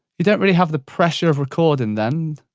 you don't really have the pressure of recording then.